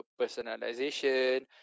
personalization